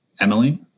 Emily